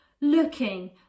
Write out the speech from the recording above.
looking